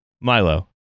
Milo